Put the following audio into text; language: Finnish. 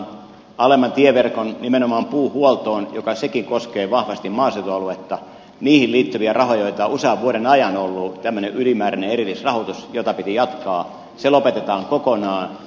nimenomaan alemman tieverkon puuhuoltoon joka sekin koskee vahvasti maaseutualuetta liittyviä rahoja joita on usean vuoden ajan ollut tämmöinen ylimääräinen erillisrahoitus jota piti jatkaa lopetetaan kokonaan